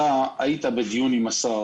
אתה היית בדיון עם השר